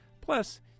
Plus